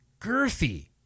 Girthy